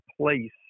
place